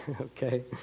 Okay